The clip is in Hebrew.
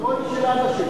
כל, אבא שלי.